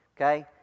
Okay